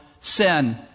sin